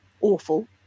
awful